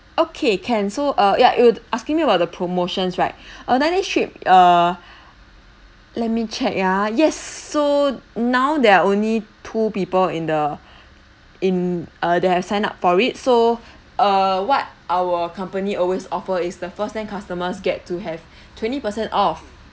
okay can so uh ya you'd asking me about the promotions right ah let me uh let me check ya yes so now there are only two people in the in ah they have signed up for it so err what our company always offer is the first time customers get to have twenty percent off